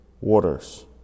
waters